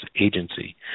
Agency